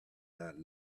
not